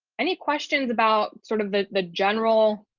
any questions about sort of the the general,